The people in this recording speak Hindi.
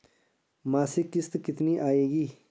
मासिक किश्त कितनी आएगी?